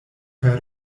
per